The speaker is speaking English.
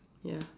ya